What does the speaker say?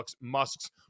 musk's